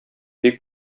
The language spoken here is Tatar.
бик